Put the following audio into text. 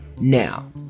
now